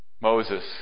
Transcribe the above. Moses